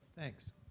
Thanks